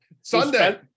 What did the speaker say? Sunday